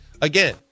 again